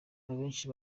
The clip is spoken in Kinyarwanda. abenshi